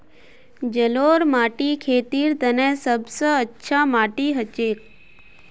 जलौढ़ माटी खेतीर तने सब स अच्छा माटी हछेक